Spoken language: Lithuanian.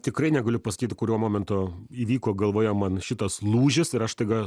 tikrai negaliu pasakyt kuriuo momentu įvyko galvoje man šitas lūžis ir aš štaiga